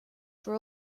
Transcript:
for